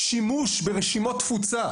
שימוש ברשימות תפוצה,